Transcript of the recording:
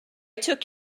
took